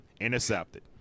intercepted